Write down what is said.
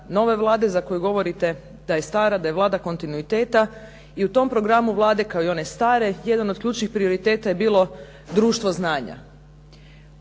za koju govorite da je stara, da je Vlada kontinuiteta i u tom programu Vlade, kao i one stare jedan od ključnih prioriteta je bilo "društvo znanja".